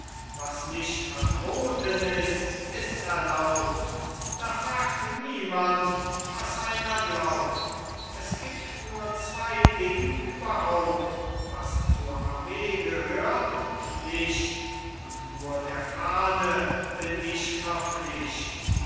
was nicht verboten ist ist erlaubt da fragt niemand was einer glaubt es gibt nur zwei ding überhaupt was zur armee gehört und nicht und nur der fahne bin ich verpflicht